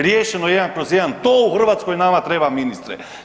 Riješeno 1/1, to u Hrvatskoj nama treba, ministre.